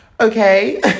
Okay